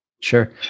Sure